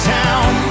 town